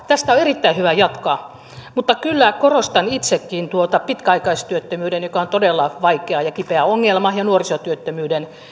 tästä on erittäin hyvä jatkaa mutta kyllä korostan itsekin pitkäaikaistyöttömyyden joka on todella vaikea ja kipeä ongelma ja nuorisotyöttömyyden